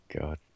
God